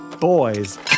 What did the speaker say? boys